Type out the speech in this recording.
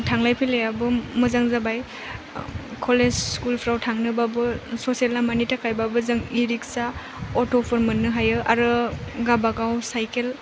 थांलाय फैलायाबो मोजां जाबाय कलेज स्कुलफ्राव थांनोबाबो ससे लामानि थाखायबाबो जं इ रिक्सा अट'फोर मोन्नो हायो आरो गाबागाव साइखेल